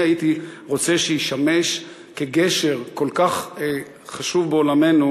הייתי רוצה שישמש כגשר כל כך חשוב בעולמנו,